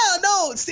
no